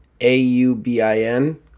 A-U-B-I-N